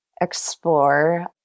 explore